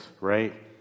right